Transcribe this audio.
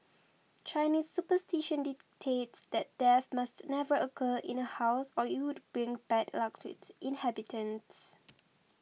Chinese superstition dictates that death must never occur in a house or it would bring bad luck to its inhabitants